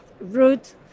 route